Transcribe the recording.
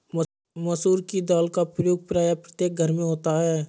मसूर की दाल का प्रयोग प्रायः प्रत्येक घर में होता है